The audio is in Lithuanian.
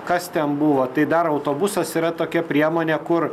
kas ten buvo tai dar autobusas yra tokia priemonė kur